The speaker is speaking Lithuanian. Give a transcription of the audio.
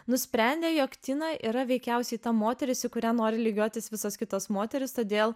nusprendė jog tina yra veikiausiai ta moteris į kurią nori lygiuotis visos kitos moterys todėl